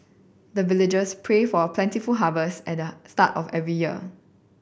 the villagers pray for plentiful harvest at the start of every year